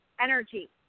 energy